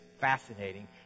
fascinating